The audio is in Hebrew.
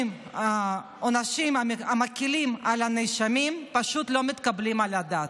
העונשים המקילים על הנאשמים פשוט לא מתקבלים על הדעת.